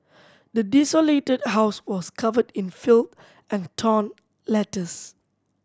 the desolated house was covered in filth and torn letters